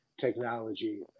technology